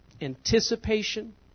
anticipation